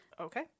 Okay